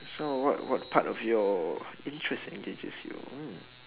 so what what part of your interest engages you hmm